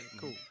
Cool